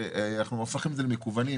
אנחנו הופכים את זה למקוונים,